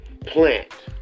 plant